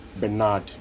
Bernard